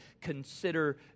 consider